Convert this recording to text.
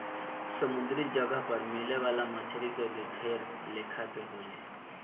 समुंद्री जगह पर मिले वाला मछली के भी ढेर लेखा के होले